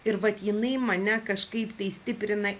ir vat jinai mane kažkaip tai stiprina